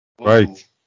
Right